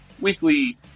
Weekly